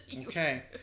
Okay